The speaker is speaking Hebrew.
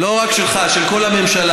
לא רק שלך, של כל הממשלה.